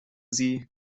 sie